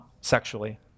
sexually